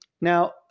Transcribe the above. now